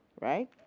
right